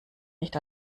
nicht